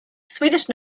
swedish